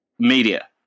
Media